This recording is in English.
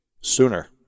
sooner